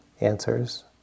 answers